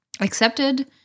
Accepted